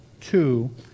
Two